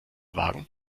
wagen